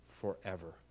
forever